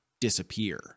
disappear